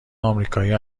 آمریکایی